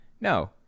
No